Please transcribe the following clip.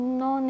no